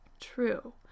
true